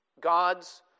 God's